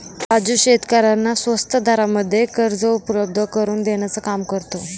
राजू शेतकऱ्यांना स्वस्त दरामध्ये कर्ज उपलब्ध करून देण्याचं काम करतो